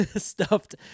stuffed